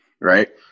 right